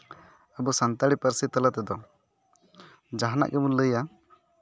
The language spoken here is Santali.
ᱟᱵᱚ ᱥᱟᱱᱛᱟᱲᱤ ᱯᱟᱹᱨᱥᱤ ᱛᱟᱞᱟ ᱛᱮᱫᱚ ᱡᱟᱦᱟᱱᱟᱜ ᱜᱮᱵᱚᱱ ᱞᱟᱹᱭᱟ